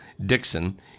Dixon